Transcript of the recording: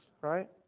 right